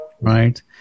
right